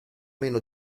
meno